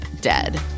dead